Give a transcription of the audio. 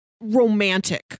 romantic